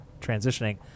transitioning